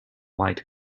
white